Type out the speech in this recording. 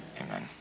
Amen